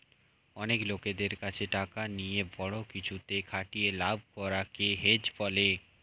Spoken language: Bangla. অনেক লোকদের কাছে টাকা নিয়ে বড়ো কিছুতে খাটিয়ে লাভ করা কে হেজ বলে